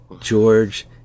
George